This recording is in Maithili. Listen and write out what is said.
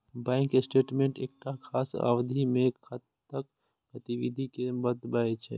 बैंक स्टेटमेंट एकटा खास अवधि मे खाताक गतिविधि कें बतबै छै